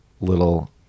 little